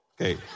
Okay